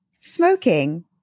Smoking